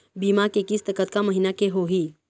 बीमा के किस्त कतका महीना के होही?